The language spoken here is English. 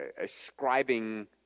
ascribing